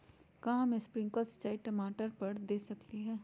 का हम स्प्रिंकल सिंचाई टमाटर पर दे सकली ह?